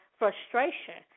frustration